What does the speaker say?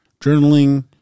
Journaling